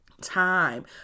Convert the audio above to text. time